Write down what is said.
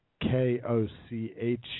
K-O-C-H